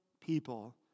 people